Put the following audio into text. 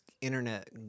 internet